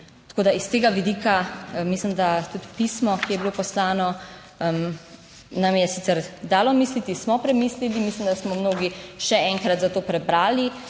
Tako da, s tega vidika, mislim da tudi pismo, ki je bilo poslano, nam je sicer dalo misliti, smo premislili: mislim, da smo mnogi še enkrat za to prebrali.